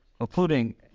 including